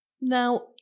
Now